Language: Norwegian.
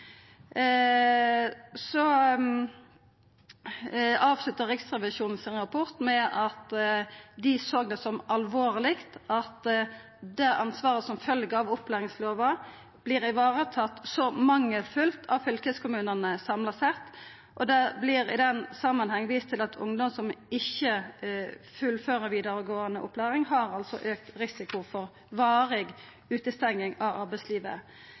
sin med at dei såg det som alvorleg at det ansvaret som følgjer av opplæringslova, vert varetatt så mangelfullt av fylkeskommunane samla sett. Det vert i den samanheng vist til at ungdom som ikkje fullfører vidaregåande opplæring, har auka risiko for varig utestenging frå arbeidslivet.